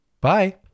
Bye